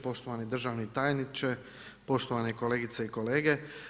Poštovani državni tajniče, poštovane kolegice i kolege.